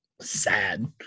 sad